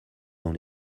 dans